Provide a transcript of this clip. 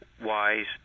WISE